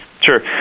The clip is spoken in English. Sure